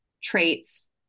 traits